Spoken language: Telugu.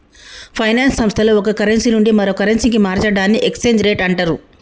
ఫైనాన్స్ సంస్థల్లో ఒక కరెన్సీ నుండి మరో కరెన్సీకి మార్చడాన్ని ఎక్స్చేంజ్ రేట్ అంటరు